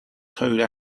code